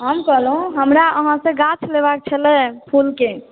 हम कहलहुॅं हमरा अहाँ सॅं गाछ लेबाक छलय फूल के